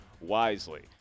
wisely